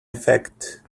effect